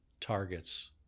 targets